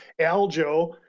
Aljo